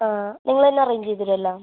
ആ നിങ്ങൾ തന്നെ അറേഞ്ച് ചെയ്തുതരുമോ എല്ലാം